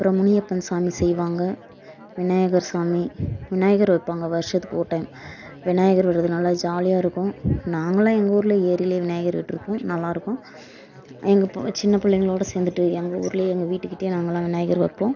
அப்புறம் முனியப்பன் சாமி செய்வாங்க விநாயகர் சாமி விநாயகர் வைப்பாங்க வருஷத்துக்கு ஒரு டைம் விநாயகர் வரதுனால் ஜாலியாக இருக்கும் நாங்களெலாம் எங்கள் ஊரில் ஏரிலியே விநாயகர் விட்டிருக்கோம் நல்லாயிருக்கும் எங்கள் சின்ன பிள்ளைங்களோட சேர்ந்துட்டு எங்கள் ஊரிலியே எங்கள் வீட்டுகிட்டேயே நாங்கள்லாம் விநாயகர் வைப்போம்